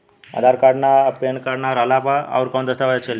आधार card आ PAN card ना रहला पर अउरकवन दस्तावेज चली?